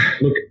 Look